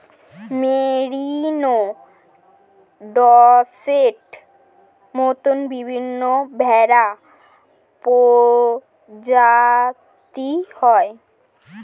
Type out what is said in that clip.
merino, ডর্সেটের মত বিভিন্ন ভেড়া প্রজাতি হয়